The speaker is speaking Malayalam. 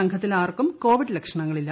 സംഘത്തിൽ ആർക്കും കോവിഡ് ലക്ഷണങ്ങളില്ല